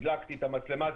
הדלקתי את המצלמה.